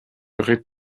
aurez